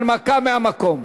הנמקה מהמקום.